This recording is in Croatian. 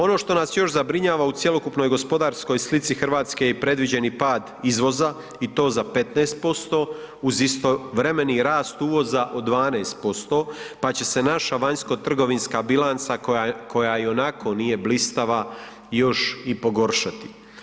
Ono što nas još zabrinjava u cjelokupnoj gospodarskoj slici Hrvatske je predviđeni pad izvoza i to za 15% uz istovremeni rast uvoza od 12%, pa će se naša vanjskotrgovinska bilanca koja i onako nije blistava još i pogoršati.